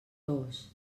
dos